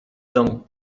domu